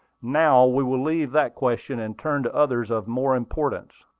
now we will leave that question, and turn to others of more importance.